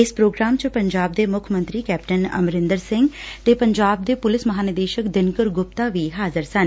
ਇਸ ਪ੍ਰੋਗਰਾਮ ਚ ਪੂੰਜਾਬ ਦੇ ਮੁੱਖ ਮੰਤਰੀ ਕੈਪਟਨ ਅਮਰਿੰਦਰ ਸਿੰਘ ਤੇ ਪੰਜਾਬ ਦੇ ਪੁਲਿਸ ਮਹਾਂਨਿਰਦੇਸ਼ਕ ਦਿਨਕਰ ਗੁਪਤਾ ਵੀ ਹਾਜ਼ਰ ਸਨ